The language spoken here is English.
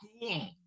cool